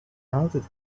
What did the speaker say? outed